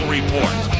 Report